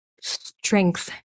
strength